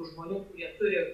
žmonių kurie turi